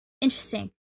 interesting